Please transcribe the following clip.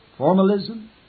Formalism